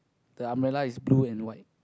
the umbrella is blue and white